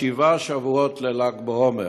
שבעה שבועות לל"ג בעומר,